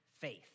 faith